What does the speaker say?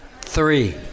Three